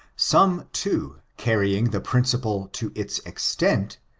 some, too, carrying the principle to its extent,